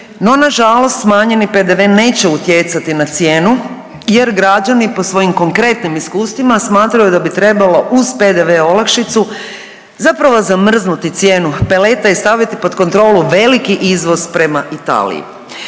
no na žalost smanjeni PDV neće utjecati na cijenu jer građani po svojim konkretnim iskustvima smatraju da bi trebalo uz PDV olakšicu zapravo zamrznuti cijenu peleta i staviti pod kontrolu veliki izvoz prema Italiji.